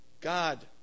God